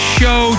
show